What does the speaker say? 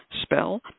spell